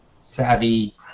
savvy